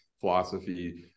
philosophy